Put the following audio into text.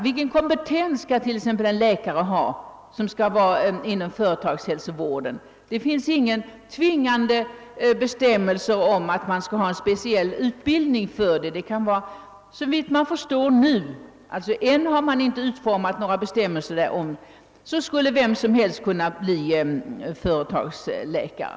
Vilken kompetens skall t.ex. krävas av läkare inom företagshälsovården? Ännu finns inga bestämmelser utformade om att de skall ha någon speciell utbildning. Såvitt jag förstår kan vem som helst bli företagsläkare.